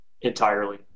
entirely